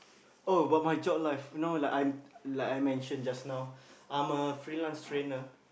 oh about my job life no like I like I mention just now I'm a freelance trainer